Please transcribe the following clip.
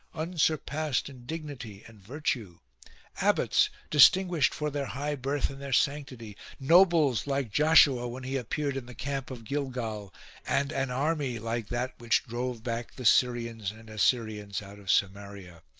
unsur passed in dignity and virtue abbots distinguished for their high birth and their sanctity nobles, like joshua when he appeared in the camp of gilgal and an army like that which drove back the syrians and assyrians out of samaria.